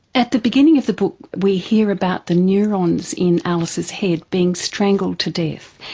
at the beginning of the book we hear about the neurons in alice's head being strangled to death,